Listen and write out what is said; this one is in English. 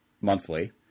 monthly